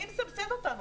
מי מסבסד אותנו?